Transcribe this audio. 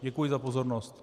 Děkuji za pozornost.